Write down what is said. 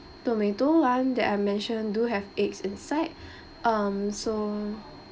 tomato one that I mentioned do have eggs inside um so